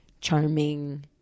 charming